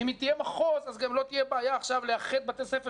אם החמ"ד יהיה מחוז אז גם לא תהיה בעיה עכשיו לאחד בתי ספר